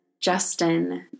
Justin